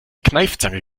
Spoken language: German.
kneifzange